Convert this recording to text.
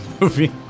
movie